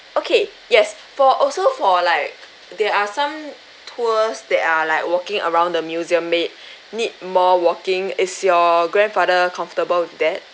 okay yes for also for like there are some tours that are like walking around the museum may need more walking is your grandfather comfortable with that